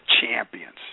champions